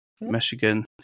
Michigan